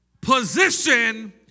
Position